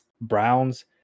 Browns